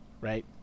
right